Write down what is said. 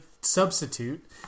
substitute